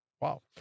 Wow